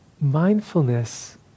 Mindfulness